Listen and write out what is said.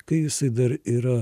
kai jisai dar yra